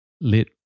lit